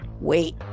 wait